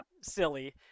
silly